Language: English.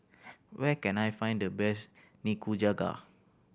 where can I find the best Nikujaga